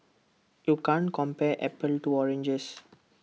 you can't compare apples to oranges